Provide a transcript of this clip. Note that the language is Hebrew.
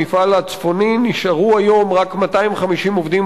במפעל הצפוני נשארו היום רק 250 עובדים,